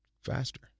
faster